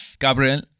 Gabriel